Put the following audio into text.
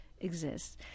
exists